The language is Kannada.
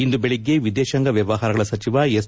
ಇಂದು ಬೆಳಗ್ಗೆ ವಿದೇತಾಂಗ ವ್ಯವಹಾರಗಳ ಸಚಿವ ಎಸ್